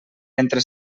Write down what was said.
entre